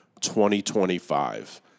2025